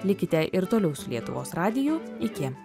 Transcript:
likite ir toliau su lietuvos radiju iki